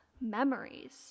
memories